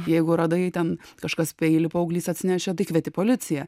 jeigu radai ten kažkas peilį paauglys atsinešė tai kvieti policiją